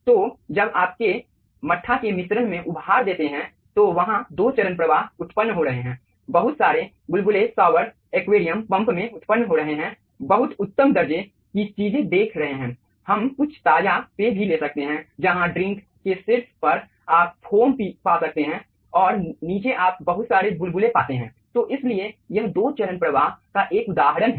तो जब आपके मठ्ठा के मिश्रण में उभार देते हैं तो वहां दो चरण प्रवाह उत्पन्न हो रहे हैं बहुत सारे बुलबुले शावर एक्वेरियम पंप में उत्पन्न हो रहे हैं बहुत उत्तम दर्जे की चीजें देख रहे हैं हम कुछ ताज़ा पेय भी ले सकते हैं जहां ड्रिंक के शीर्ष पर आप फोम पा सकते हैं और नीचे आप बहुत सारे बुलबुले पाते हैं तो इसलिए यह दो चरण प्रवाह का एक और उदाहरण है